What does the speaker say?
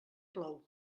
plou